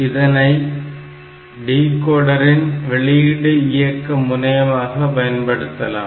இதனை டிகோடரின் வெளியீடு இயக்க முனையமாக பயன்படுத்தலாம்